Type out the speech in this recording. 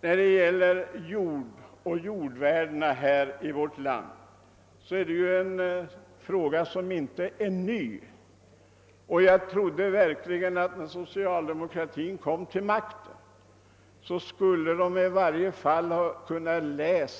Frågan om jordvärdena 1 vårt land är ju ingalunda ny. Jag trodde verkligen att socialdemokraterna när de kom till makten skulle ha läst vad Sven